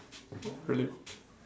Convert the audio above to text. oh really ah